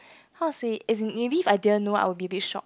how to say isn't maybe I didn't know I will be a bit shock